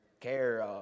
care